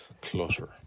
clutter